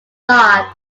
large